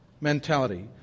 mentality